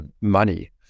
money